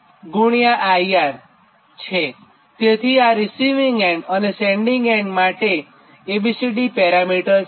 તેથી આ receiving end અને અને સેન્ડીંગ એન્ડ માટે A B C D parameter છે